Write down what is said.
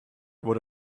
wurde